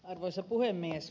arvoisa puhemies